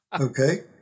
Okay